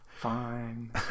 fine